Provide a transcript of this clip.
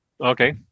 Okay